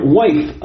wife